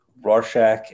Rorschach